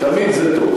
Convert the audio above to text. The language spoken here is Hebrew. תמיד זה טוב.